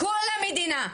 כל המדינה.